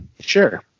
sure